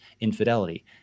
infidelity